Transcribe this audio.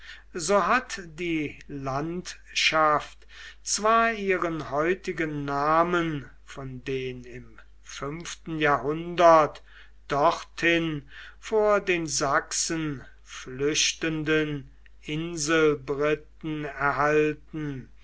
so hat die landschaft zwar ihren heutigen namen von den im fünften jahrhundert dorthin vor den sachsen flüchtenden inselbriten erhalten